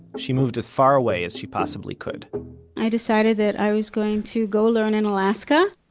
she moved as far away as she possibly could i decided that i was going to go learn in alaska,